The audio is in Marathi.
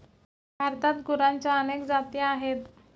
भारतात गुरांच्या अनेक जाती आहेत